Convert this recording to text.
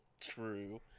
True